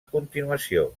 continuació